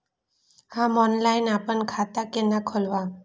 हम ऑनलाइन अपन खाता केना खोलाब?